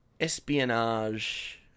espionage